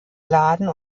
laden